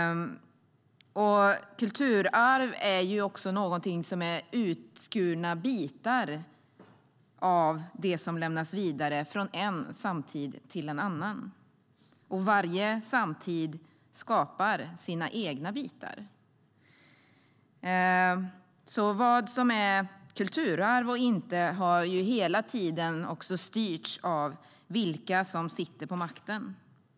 Kulturarv är också utskurna bitar av det som lämnas vidare från en samtid till en annan, och varje samtid skapar sina egna bitar. Vad som är kulturarv eller inte har hela tiden styrts av vilka som sitter vid makten.